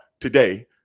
today